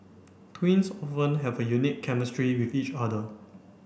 twins often have a unique chemistry with each other